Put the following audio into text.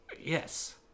Yes